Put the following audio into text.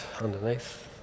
underneath